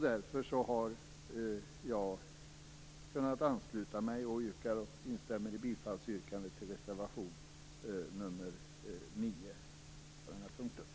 Därför har jag kunnat ansluta mig till reservation nr 9, och jag instämmer i bifallsyrkandet.